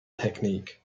technique